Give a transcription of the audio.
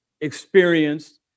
experienced